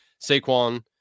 Saquon